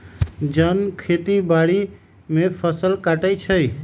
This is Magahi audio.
जन खेती बाड़ी में फ़सल काटइ छै